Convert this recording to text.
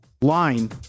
line